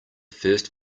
first